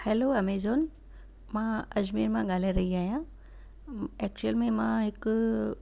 hello Amazon मां अजमेर मां ॻाल्हाइ रही आहियां एक्चुअल में मां हिकु